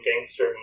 gangster